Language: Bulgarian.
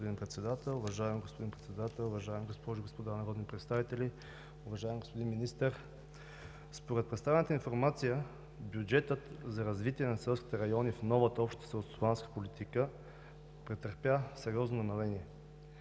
Уважаеми господин Председател, уважаеми госпожи и господа народни представители! Уважаеми господин Министър, според представената информация бюджетът за развитие на селските райони в новата Обща селскостопанска политика претърпя сериозно намаление,